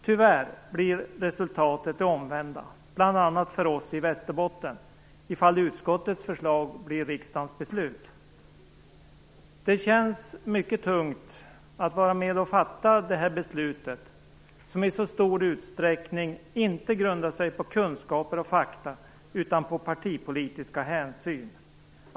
Tyvärr blir resultatet det omvända, bl.a. för oss i Västerbotten, ifall utskottets förslag blir riksdagens beslut. Det känns mycket tungt att vara med och fatta detta beslut som i så stor utsträckning inte grundar sig på kunskaper och fakta utan på partipolitiska hänsyn.